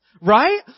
Right